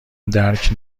درک